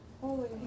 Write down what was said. Holy